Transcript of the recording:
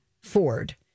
Ford